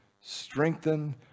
strengthen